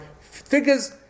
figures